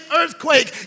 earthquake